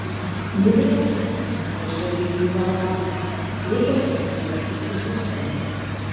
giliai atsidusęs pažvelgė į nikolajų reikia susisiekti su hjustonu